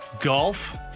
Golf